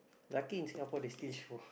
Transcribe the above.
lucky in Singapore they still show